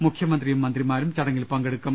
മുഖ്യമന്ത്രിയും മന്ത്രിമാരും ചടങ്ങിൽ പങ്കെടുക്കും